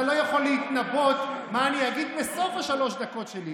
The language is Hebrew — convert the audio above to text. אתה לא יכול להתנבא מה אני אגיד בסוף שלוש הדקות שלי.